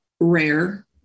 rare